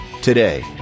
today